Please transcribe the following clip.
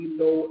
no